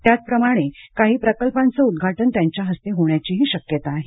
त्याचप्रमाणे काही प्रकल्पांचं उद्घाटन त्यांच्या हस्ते होण्याची शक्यता आहे